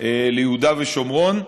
גם ליהודה ושומרון.